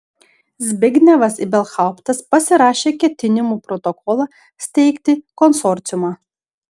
zbignevas ibelhauptas pasirašė ketinimų protokolą steigti konsorciumą